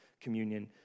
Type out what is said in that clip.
communion